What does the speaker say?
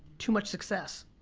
too much success.